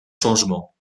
changement